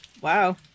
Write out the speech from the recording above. Wow